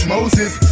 Moses